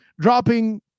dropping